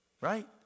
Right